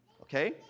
Okay